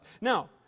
Now